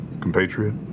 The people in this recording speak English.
compatriot